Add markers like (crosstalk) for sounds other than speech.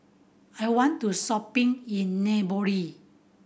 I want to go shopping in (unintelligible)